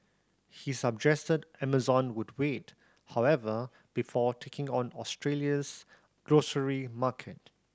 he suggested Amazon would wait however before taking on Australia's grocery market